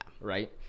right